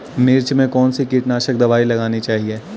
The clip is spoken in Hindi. मिर्च में कौन सी कीटनाशक दबाई लगानी चाहिए?